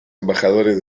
embajadores